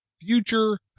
future